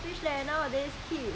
eh you cannot play